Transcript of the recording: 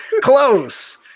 Close